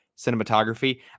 cinematography